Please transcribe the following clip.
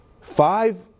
Five